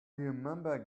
remember